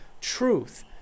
truth